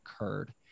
occurred